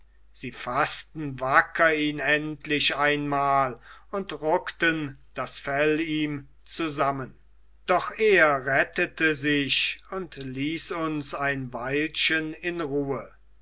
sie faßten wacker ihn endlich einmal und ruckten das fell ihm zusammen doch er rettete sich und ließ uns ein weilchen in ruhe